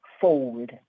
fold